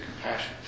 compassion